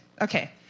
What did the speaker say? Okay